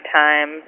time